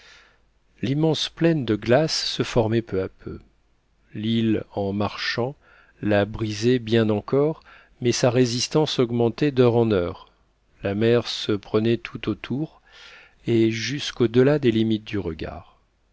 l'immense plaine de glace se formait peu à peu l'île en marchant la brisait bien encore mais sa résistance augmentait d'heure en heure la mer se prenait tout autour et jusqu'au-delà des limites du regard